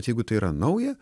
jeigu tai yra nauja